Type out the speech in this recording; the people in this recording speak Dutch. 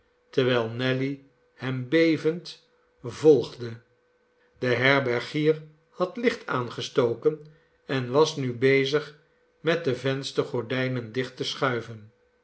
terwijl nelly hem bevend volgde de herbergier had licht aangestoken en was nu bezig met de venstergordijnen dicht te schuiven